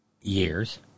years